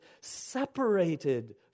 Separated